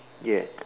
yes